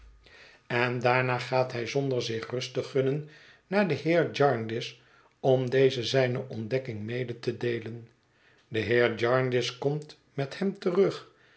en daarna gaat hij zonder zich rust te gunnen naar den heer jarndyce om dezen zijne ontdekking mede te deelen de heer jarndyce komt met hem terug